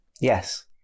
Yes